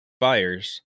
buyers